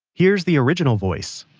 here's the original voice